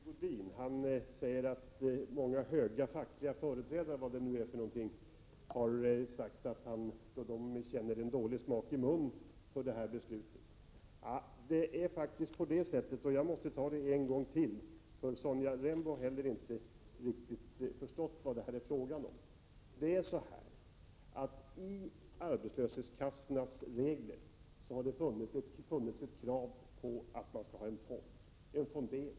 Herr talman! Jag kan börja med Sigge Godin. Han säger att många höga fackliga företrädare — vilka de nu skulle vara — har sagt att de känner en dålig smak i munnen inför det här beslutet. Då får jag förklara hur det är. Jag måste tydligen ta det en gång till, för inte heller Sonja Rembo har förstått det riktigt. I arbetslöshetskassornas regler har det funnits krav på fondering.